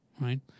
right